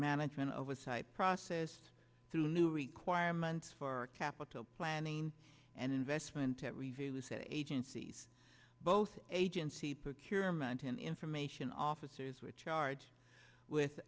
management oversight process through new requirements for capital planning and investment reviews agencies both agency procurement and information officers were charged with